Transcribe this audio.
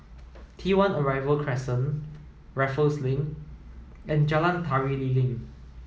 T one Arrival Crescent Raffles Link and Jalan Tari Lilin